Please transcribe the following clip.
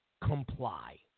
comply